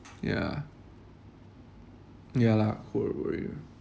yeah ya lah corroborate